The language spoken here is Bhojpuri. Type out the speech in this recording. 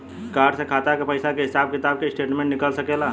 कार्ड से खाता के पइसा के हिसाब किताब के स्टेटमेंट निकल सकेलऽ?